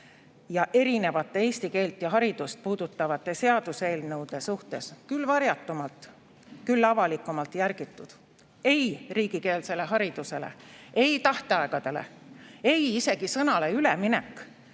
on erinevate eesti keelt ja haridust puudutavate seaduseelnõude suhtes küll varjatumalt, küll avalikumalt järgitud. Ei riigikeelsele haridusele! Ei tähtaegadele! Ei isegi sõnale "üleminek"!